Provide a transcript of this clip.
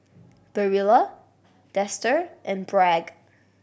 Barilla Dester and Bragg